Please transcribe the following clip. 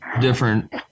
different